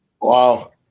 Wow